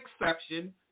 exception